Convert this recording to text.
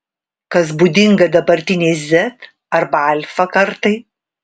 kas būdinga dabartinei z arba alfa kartai